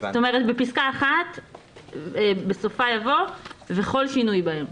זאת אומרת, בסופה של פסקה 1 יבוא: וכל שינוי בהם.